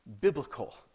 biblical